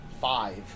five